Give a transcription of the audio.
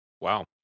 Wow